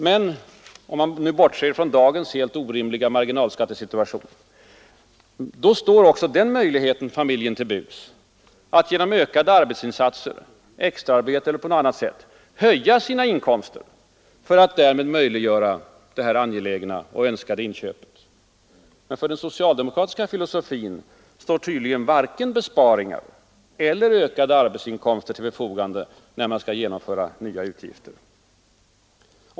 Men — om man nu bortser från dagens helt orimliga marginalskattesituation — då står också den möjligheten familjen till buds att genom ökade arbetsinsatser, genom extraarbete eller på något annat sätt, höja sina inkomster för att därmed möjliggöra det här angelägna och önskade inköpet. För den socialdemokratiska filosofin däremot står tydligen varken besparingar eller ökade arbetsinkomster till förfogande, när man skall genomföra nya utgifter.